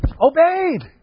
obeyed